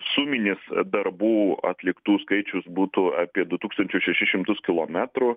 suminis darbų atliktų skaičius būtų apie du tūkstančius šešis kilometrų